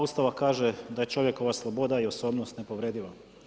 Ustava kaže da je čovjekova sloboda i osobnost nepovrediva.